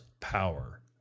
power